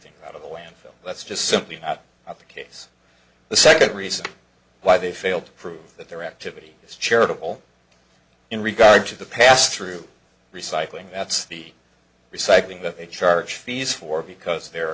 things out of the landfill that's just simply not the case the second reason why they failed to prove that their activity is charitable in regard to the pass through recycling that's the recycling that they charge fees for because they're